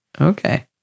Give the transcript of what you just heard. Okay